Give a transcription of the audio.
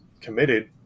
committed